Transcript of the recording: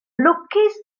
lwcus